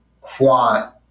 quant